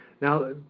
Now